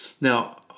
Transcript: Now